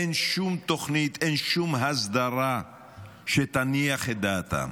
אין שום תוכנית, אין שום הסדרה שתניח את דעתם.